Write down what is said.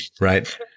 right